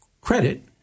credit